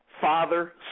Father